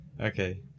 Okay